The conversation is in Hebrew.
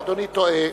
אדוני טועה.